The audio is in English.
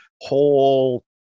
whole